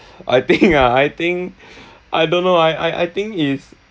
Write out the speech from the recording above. I think ah I think I don't know I I I think if